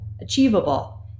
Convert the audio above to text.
achievable